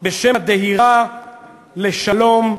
בשם הדהירה לשלום,